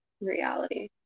reality